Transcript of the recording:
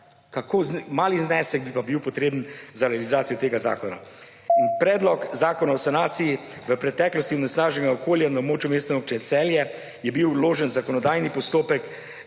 Kako mali znesek bi pa bil potreben za realizacijo tega zakona. Predlog zakona o sanaciji v preteklosti onesnaženega okolja na območju Mestne občine Celje je bil vložen v zakonodajni postopek